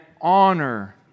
honor